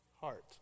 heart